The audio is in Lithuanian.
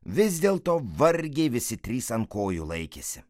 vis dėlto vargiai visi trys ant kojų laikėsi